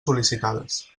sol·licitades